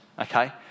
okay